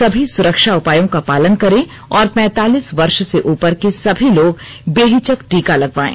सभी सुरक्षा उपायों का पालन करें और पैंतालीस वर्ष से उपर के सभी लोग बेहिचक टीका लगवायें